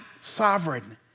sovereign